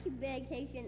vacation